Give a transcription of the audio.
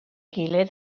gilydd